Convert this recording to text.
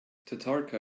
tatarka